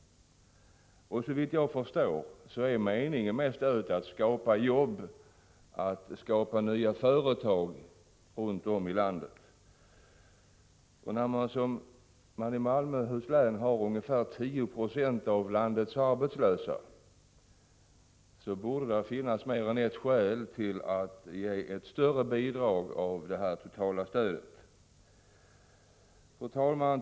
Såvitt jag förstår är meningen med stödet att skapa jobb, att skapa nya företag runt om i landet. När man som i Malmöhus län har ungefär 10 96 av landets arbetslösa, borde det finnas mer än ett skäl till att ge Malmöhus län en större del av det totala stödet. Fru talman!